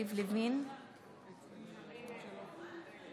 אם כן, אני מכריז על כך שסיימנו את ההצבעה.